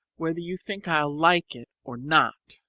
whether you think i'll like it or not.